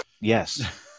Yes